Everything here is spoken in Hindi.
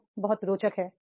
यह बहुत रोचक है